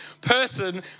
person